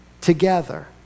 together